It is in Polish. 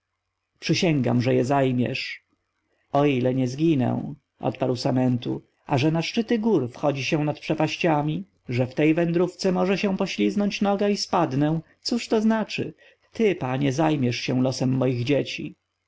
przysięgam że je zajmiesz o ile nie zginę odparł samentu a że na szczyty gór wchodzi się nad przepaściami że w tej wędrówce może się poślizgnąć noga i spadnę cóż to znaczy ty panie zajmiesz się losem moich dzieci